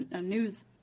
news